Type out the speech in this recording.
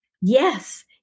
yes